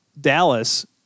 Dallas